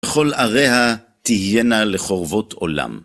וכל עריה תהיינה לחורבות עולם.